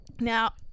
Now